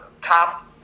top